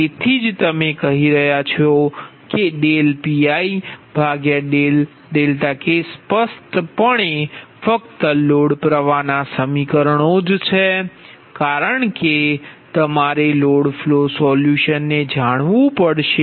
તેથી જ અમે કહી રહ્યા છીએ કે Pikસ્પષ્ટપણે ફક્ત લોડ પ્રવાહના સમીકરણોથી જ છે કારણ કે તમારે લોડ ફ્લો સોલ્યુશનને જાણવું પડશે